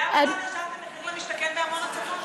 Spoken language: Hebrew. למה לא נרשמת במחיר למשתכן בעמונה-צפון?